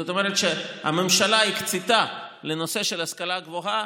זאת אומרת שהממשלה הקצתה לנושא של ההשכלה הגבוהה